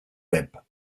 web